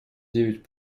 девять